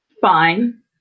fine